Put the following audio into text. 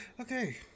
Okay